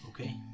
Okay